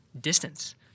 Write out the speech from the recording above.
distance